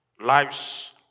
lives